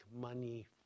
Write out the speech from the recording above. money